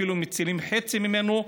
אפילו אם מצילים חצי ממנו,